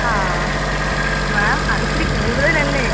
ആ മാം അത് ഇച്ചിരി കൂടുതൽ അല്ലേ